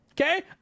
okay